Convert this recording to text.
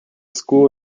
school